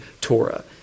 Torah